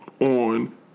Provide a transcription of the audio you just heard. on